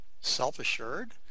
self-assured